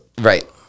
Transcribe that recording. Right